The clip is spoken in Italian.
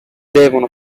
devono